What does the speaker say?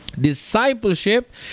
Discipleship